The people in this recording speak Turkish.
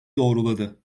doğruladı